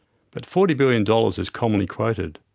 but forty billion dollars is commonly quoted.